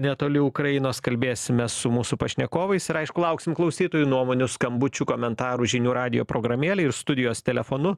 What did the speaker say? netoli ukrainos kalbėsime su mūsų pašnekovais ir aišku lauksim klausytojų nuomonių skambučių komentarų žinių radijo programėlėj ir studijos telefonu